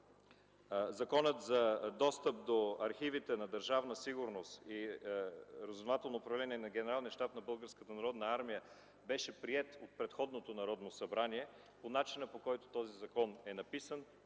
Законът за достъп до архивите на Държавна сигурност и Разузнавателното управление на Генералния щаб на Българската народна армия беше приет от предходното Народно събрание по начина, по който този закон е написан,